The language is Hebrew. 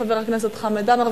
חבר הכנסת חמד עמאר?